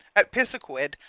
at pisiquid,